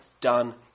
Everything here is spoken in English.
done